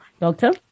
doctor